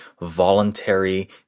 voluntary